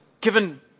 given